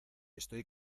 estoy